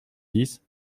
dix